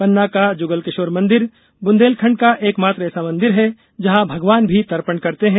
पन्ना का जुगल किशोर मंदिर बुदेलखंड का एक मात्र ऐसा मंदिर है जहां भगवान भी तर्पण करते है